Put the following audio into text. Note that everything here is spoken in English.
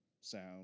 sound